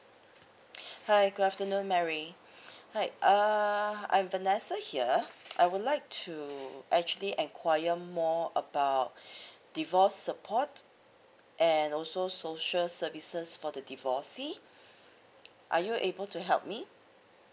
hi good afternoon mary hi uh I am vanessa here I would like to actually enquire more about divorce support and also social services for the divorcee are you able to help me